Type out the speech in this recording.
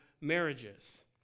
marriages